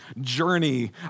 journey